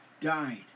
died